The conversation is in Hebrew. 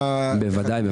ודאי.